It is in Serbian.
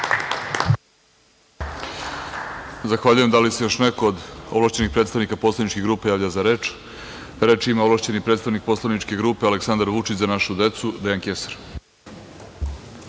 Zahvaljujem. Da li se još neko od ovlašćenih predstavnika poslaničkih grupa javlja za reč? Reč ima ovlašćeni predstavnik poslaničke grupe Aleksandar Vučić – Za našu decu, Dejan Kesar.